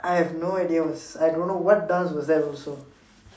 I have no idea I was I don't know what dance was that also